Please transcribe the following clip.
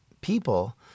people